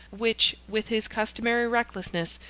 which, with his customary recklessness,